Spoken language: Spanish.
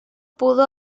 pudo